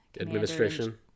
administration